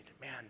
man